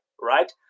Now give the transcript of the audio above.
right